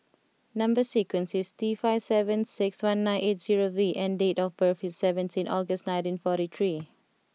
number sequence is T five seven six one nine eight zero V and date of birth is seventeen August nineteen forty three